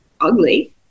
ugly